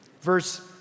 verse